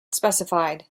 specified